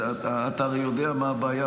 אתה הרי יודע מה הבעיה,